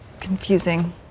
Confusing